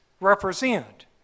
represent